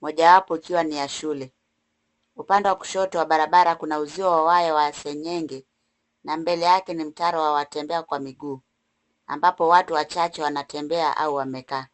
mojawapo ikiwa ni ya shule. Upande wa kushoto wa barabara kuna uzio wa waya wa seng'enge na mbele yake ni mtaro wa watembea kwa miguu, ambapo watu wachache wanatembea au wamekaa.